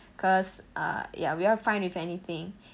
cause uh ya we are fine with anything